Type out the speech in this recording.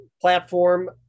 platform